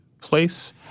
place